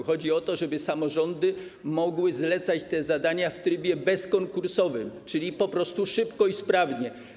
Chodzi o to, żeby samorządy mogły zlecać te zadania w trybie bezkonkursowym, czyli po prostu szybko i sprawnie.